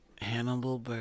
hannibal